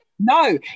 No